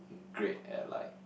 great at like